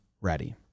ready